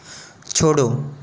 छोड़ो